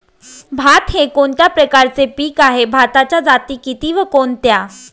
भात हे कोणत्या प्रकारचे पीक आहे? भाताच्या जाती किती व कोणत्या?